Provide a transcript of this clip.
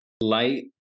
light